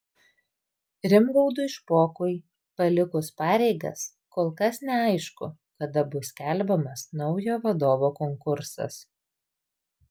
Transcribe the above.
rimgaudui špokui palikus pareigas kol kas neaišku kada bus skelbiamas naujo vadovo konkursas